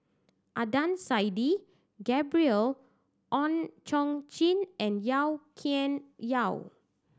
Adnan Saidi Gabriel Oon Chong Jin and Yau Tian Yau